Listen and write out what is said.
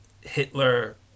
Hitler